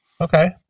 Okay